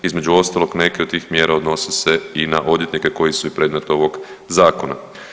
Između ostalog neke od tih mjera odnose se i na odvjetnike koji su i predmet ovog zakona.